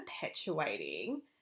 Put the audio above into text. perpetuating